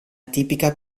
tipica